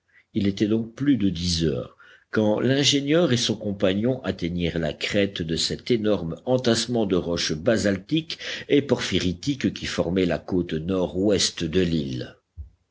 il était donc plus de dix heures quand l'ingénieur et son compagnon atteignirent la crête de cet énorme entassement de roches basaltiques et porphyritiques qui formait la côte nord-ouest de l'île